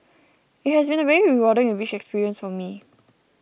it has been a very rewarding and rich experience for me